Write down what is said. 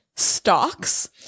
stocks